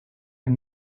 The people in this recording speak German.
ein